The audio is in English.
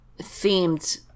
themed